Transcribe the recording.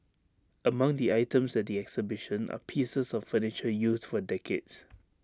among the items at the exhibition are pieces of furniture used for decades